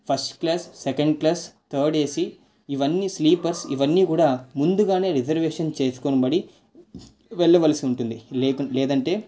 first class second class third AC ఇవన్నీ sleepers ఇవన్నీ కూడా ముందుగానే రిజర్వేషన్ చేసుకోనబడి వెళ్ళవలసి ఉంటుంది లేకుంటే లేదంటే